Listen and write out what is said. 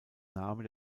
name